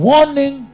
Warning